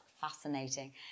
fascinating